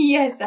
Yes